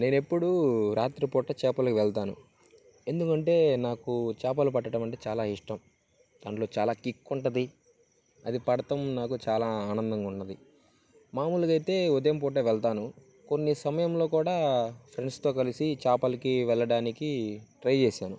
నేనెప్పుడూ రాత్రి పూట చేపలకి వెళ్తాను ఎందుకంటే నాకు చేపలు పట్టడం అంటే చాలా ఇష్టం దాంట్లో చాలా కిక్ ఉంటుంది అది పట్టడం నాకు చాలా ఆనందంగా ఉన్నది మామూలుగానైతే ఉదయం పూటే వెళ్తాను కొన్ని సమయంలో కూడా ఫ్రెండ్స్తో కలిసి చేపలకి వెళ్లడానికి ట్రై చేశాను